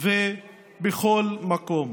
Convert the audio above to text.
ובכל מקום.